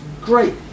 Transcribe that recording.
great